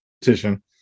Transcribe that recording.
petition